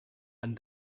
and